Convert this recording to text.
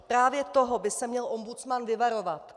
Právě toho by se měl ombudsman vyvarovat.